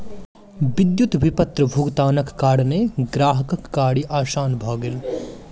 विद्युत विपत्र भुगतानक कारणेँ ग्राहकक कार्य आसान भ गेल